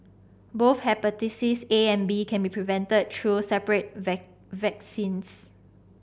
both hepatitis A and B can be prevented through separate vaccines